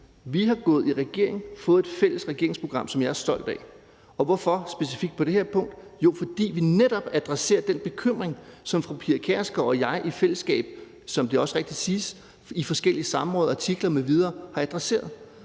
Vi er gået i regering og har fået et fælles regeringsprogram, som jeg er stolt af, og hvorfor specifikt på det her punkt? Jo, fordi vi netop adresserer den bekymring, som fru Pia Kjærsgaard og jeg i fællesskab, som det også rigtigt siges, i forskellige samråd og artikler m.v. har adresseret